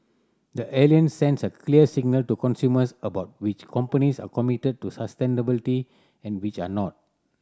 the Alliance sends a clear signal to consumers about which companies are committed to sustainability and which are not